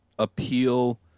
appeal